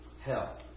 hell